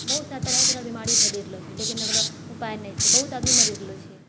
बहुत सा तरह तरहके बीमारी फैली गेलो छै लेकिन एकरो उपाय नहि छै बहुत आदमी मरि रहलो छै